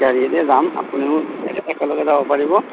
গাড়ীয়ে দিয়েই যাম আপুনিও একেলগে যাব পাৰিব